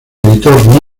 editor